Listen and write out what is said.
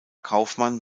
kaufmann